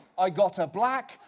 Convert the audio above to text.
i got a black,